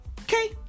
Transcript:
Okay